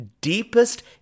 deepest